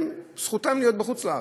הם, זכותם להיות בחוץ-לארץ,